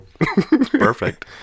perfect